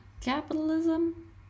Capitalism